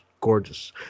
gorgeous